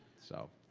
so.